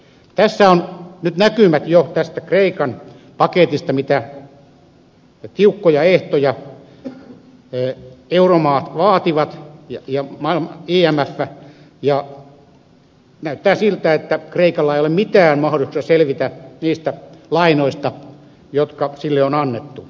tässä on nyt jo näkymät tästä kreikan paketista mitä tiukkoja ehtoja euromaat ja imf vaativat ja näyttää siltä että kreikalla ei ole mitään mahdollisuuksia selvitä niistä lainoista jotka sille on annettu